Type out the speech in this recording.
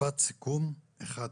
משפט סיכום אחד קצר,